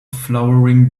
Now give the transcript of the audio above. flowering